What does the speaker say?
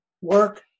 work